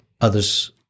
others